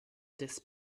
this